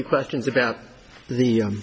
you questions about the